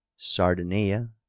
sardinia